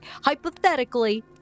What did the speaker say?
hypothetically